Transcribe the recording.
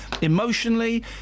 emotionally